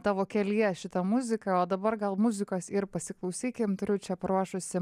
tavo kelyje šita muzika o dabar gal muzikos ir pasiklausykim turiu čia paruošusi